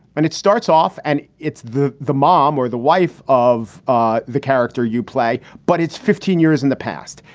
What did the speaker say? and it starts off and it's the the mom or the wife of ah the character you play. but it's fifteen years. in the past,